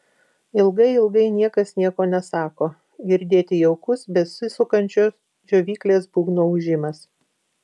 ilgai ilgai niekas nieko nesako girdėti jaukus besisukančio džiovyklės būgno ūžimas